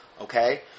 Okay